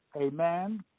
Amen